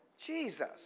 Jesus